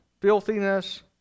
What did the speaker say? filthiness